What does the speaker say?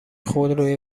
خودروی